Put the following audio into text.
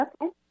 Okay